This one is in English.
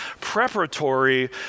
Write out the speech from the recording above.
preparatory